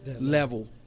level